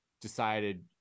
decided